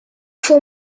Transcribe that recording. fois